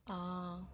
orh